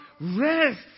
rest